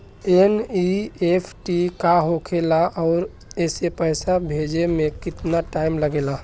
NEFT का होखे ला आउर एसे पैसा भेजे मे केतना टाइम लागेला?